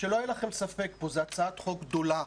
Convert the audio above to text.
שלא יהיה לכם ספק פה, זו הצעת חוק גדולה,